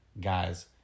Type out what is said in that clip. guys